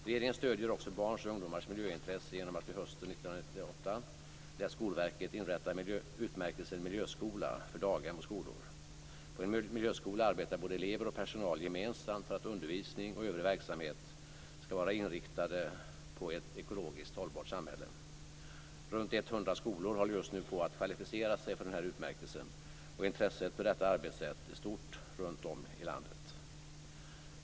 Regeringen stöder också barns och ungdomars miljöintresse genom att vi hösten 1998 lät Skolverket inrätta utmärkelsen Miljöskola för daghem och skolor. På en miljöskola arbetar både elever och personal gemensamt för att undervisning och övrig verksamhet skall vara inriktade på ett ekologiskt hållbart samhälle. Runt 100 skolor håller just nu på att kvalificera sig för den här utmärkelsen, och intresset för detta arbetssätt är stort runtom i landet.